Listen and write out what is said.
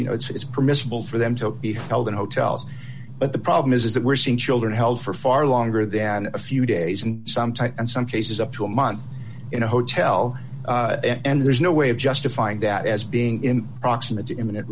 you know it's permissible for them to be held in hotels but the problem is is that we're seeing children held for far longer than a few days in some type and some cases up to a month in a hotel and there's no way of justifying that as being in proximate imminent